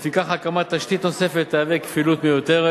לפיכך, הקמת תשתית נוספת תהווה כפילות מיותרת.